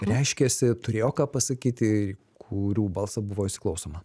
reiškėsi turėjo ką pasakyti kurių balsą buvo įsiklausoma